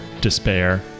despair